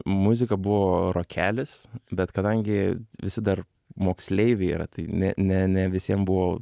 muzika buvo rokelis bet kadangi visi dar moksleiviai yra tai ne ne ne visiem buvo